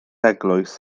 eglwys